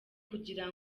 kugira